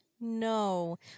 No